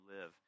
live